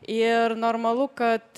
ir normalu kad